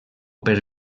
per